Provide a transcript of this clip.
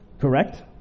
Correct